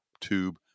tube